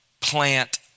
plant